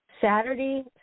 Saturday